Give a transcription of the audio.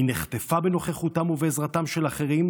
היא נחטפה בנוכחותם ובעזרתם של אחרים,